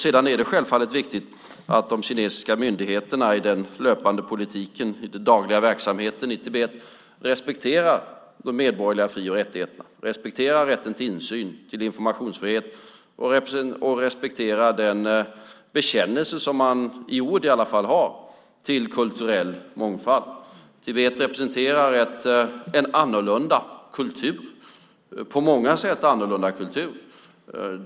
Det är självfallet viktigt att de kinesiska myndigheterna i den löpande politiken, i den dagliga verksamheten i Tibet respekterar de medborgerliga fri och rättigheterna, respekterar rätten till insyn och informationsfrihet samt respekterar den bekännelse som man i alla fall i ord har till kulturell mångfald. Tibet representerar en på många sätt annorlunda kultur.